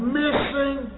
missing